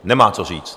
Nemá co říct.